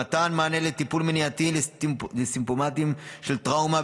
אם במתן מענה בטיפול מניעתי לסימפטומים של טראומה,